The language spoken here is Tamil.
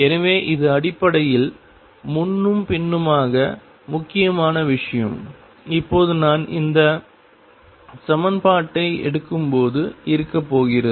எனவே இது அடிப்படையில் முன்னும் பின்னுமாக முக்கியமான விஷயம் இப்போது நான் இந்த சமன்பாட்டை எடுக்கும்போது இருக்கப்போகிறது